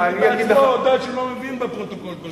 כי אדוני בעצמו הודה שהוא לא מבין בפרוטוקול כל כך.